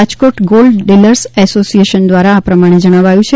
Rajkot gold dealers association દ્વારા આ પ્રમાણે જણાવ્યું છે